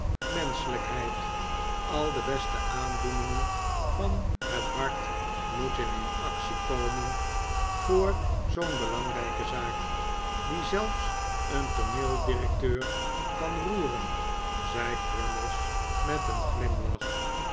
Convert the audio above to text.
menschelijkheid al de beste aandoeningen van het hart moeten in actie komen voor zoo'n belangrijke zaak die zelfs een tooneeldirecteur kan roeren zei crummies met een glimlach